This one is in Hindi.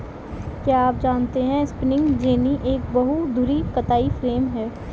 क्या आप जानते है स्पिंनिंग जेनि एक बहु धुरी कताई फ्रेम है?